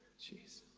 jeez.